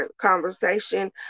conversation